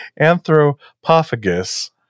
anthropophagus